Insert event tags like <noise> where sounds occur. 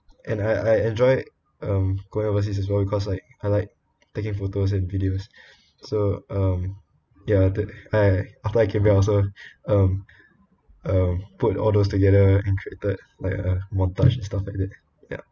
and I I enjoy um going overseas as well because like I like taking photos and videos <breath> so um ya that I after I came back also um uh put all those together and created like a montage and stuff like that ya